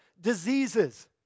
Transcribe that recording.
diseases